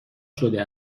شده